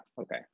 Okay